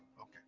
okay